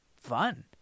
fun